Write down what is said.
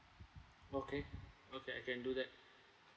okay okay I can do that